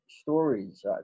stories